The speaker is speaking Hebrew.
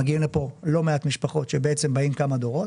מגיעות לפה לא מעט משפחות שבעצם באים כמה דורות,